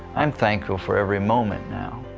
i am thankful for every moment now,